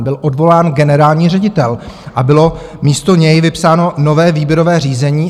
Byl odvolán generální ředitel a bylo místo něj vypsáno nové výběrové řízení.